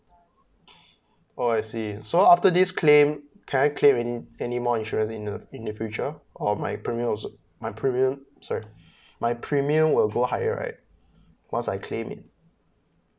orh I see so after this claim can I claim any anymore insurance in the in the future or my premium my premium sorry my premium will go higher right once I claim it